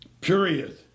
period